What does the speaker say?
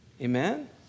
Amen